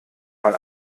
mal